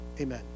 Amen